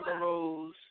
Rose